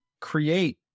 create